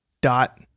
Dot